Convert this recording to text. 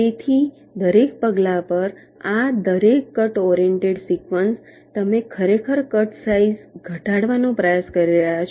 તેથી દરેક પગલા પર આ દરેક કટ ઓરિએન્ટેડ સિક્વન્સ તમે ખરેખર કટસાઇઝ ઘટાડવાનો પ્રયાસ કરી રહ્યા છો